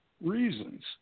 reasons